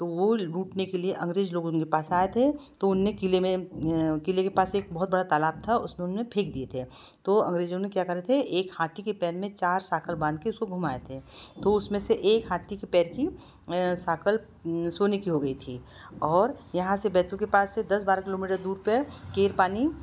तो वो लूटने के लिए अंग्रेज़ लोग उनके पास आए थे तो उनके क़िले में क़िले के पास एक बहुत बड़ा तालाब था उस में उन्होंने फेंक दिए थे तो अंग्रेज़ों ने क्या करे थे एक हाथी के पैर में चार सांकल बाँध के उसको घुमाए थे तो उसमें से एक हाथी के पैर की सांकल सोने की हो गई थी और यहाँ से बैतूल के पास से दस बारह किलोमीटर दूरी पर है केरपानी